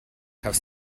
have